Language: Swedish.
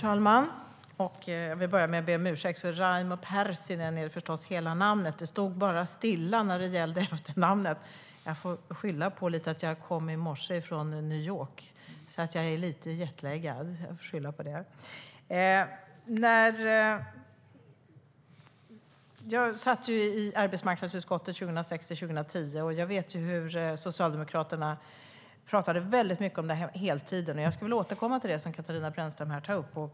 Herr talman! Jag vill börja med att be om ursäkt för att jag bara använde förnamnet Raimo i mitt huvudanförande - Raimo Pärssinen är hela namnet. Det stod stilla när det gällde efternamnet. Jag får skylla på att jag i morse kom från New York, så att jag har lite jetlag. Jag satt i arbetsmarknadsutskottet 2006-2010 och vet att Socialdemokraterna pratade mycket om heltider, och jag vill återkomma till det som Katarina Brännström tog upp.